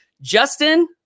Justin